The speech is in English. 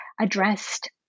addressed